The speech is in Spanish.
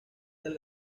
del